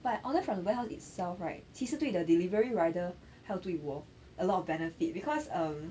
but order from warehouse itself right 其实对 the delivery rider 还有对我 a lot benefit because um